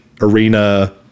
arena